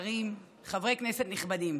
כנסת נכבדים.